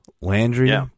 Landry